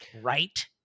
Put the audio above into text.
Right